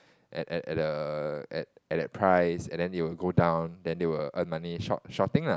at at at at the at at that price and then they will go down then they will earn money short shorting lah